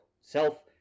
self